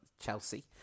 Chelsea